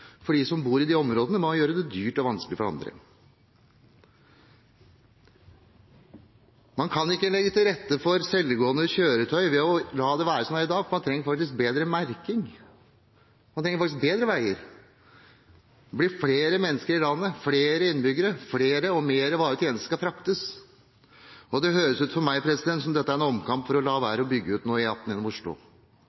i de områdene, ved å gjøre det dyrt og vanskelig for andre. Man kan ikke legge til rette for selvgående kjøretøy ved å la det være som det er i dag, for man trenger faktisk bedre merking – man trenger faktisk bedre veier. Det blir flere mennesker i landet, flere innbyggere, flere og mere varer og tjenester skal fraktes – det høres ut for meg som om dette er en omkamp for å la